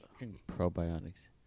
Probiotics